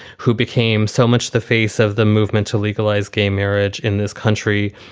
who became so much the face of the movement to legalize gay marriage in this country.